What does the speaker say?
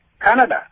Canada